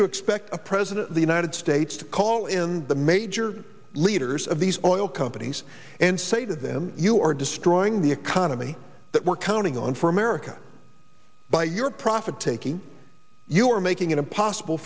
you expect a president of the united states to call in the major leaders of these oil companies and say to them you are destroying the economy that we're counting on for america by your profit taking you are making it impossible